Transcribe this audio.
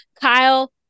Kyle